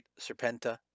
Serpenta